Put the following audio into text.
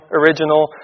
original